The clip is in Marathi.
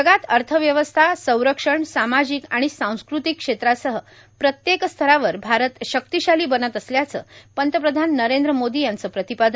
जगात अर्थव्यवस्था संरक्षण सामाजिक आणि सांस्कृतिक क्षेत्रासह प्रत्येक स्तरावर भारत शक्तिशाली बनत असल्याचं पंतप्रधान नरेंद्र मोदी यांनी सांगितलं